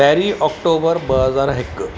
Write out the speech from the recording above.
पहिरीं अक्टूबर ॿ हज़ार हिकु